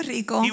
Rico